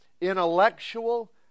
Intellectual